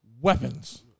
weapons